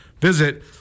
visit